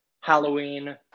Halloween